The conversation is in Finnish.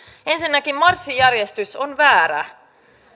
ensinnäkin marssijärjestys on väärä